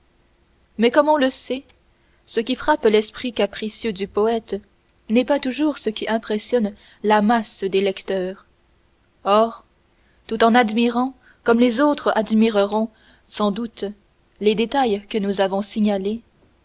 mais comme on le sait ce qui frappe l'esprit capricieux du poète n'est pas toujours ce qui impressionne la masse des lecteurs or tout en admirant comme les autres admireront sans doute les détails que nous avons signalés